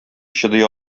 чыдый